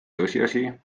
tõsiasi